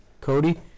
Cody